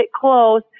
close